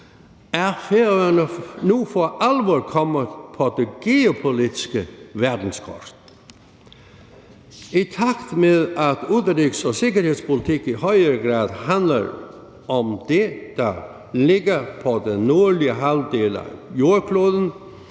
er Færøerne for alvor kommet på det geopolitiske verdenskort. I takt med at udenrigs- og sikkerhedspolitik i højere grad handler om det, der ligger på den nordlige halvdel af jordkloden,